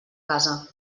casa